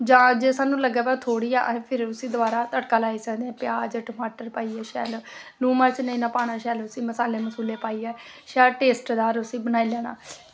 जां जे सानूं लग्गा दा थोह्ड़ी ऐ ते उस्सी दोआरा तड़का लाई सकने आं प्याज टमाटर पाइयै शैल लून मर्च नेईं ना पाना शैल मसाले पाइयै शैल टेस्टदार उसगी बनाई लैना